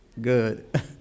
Good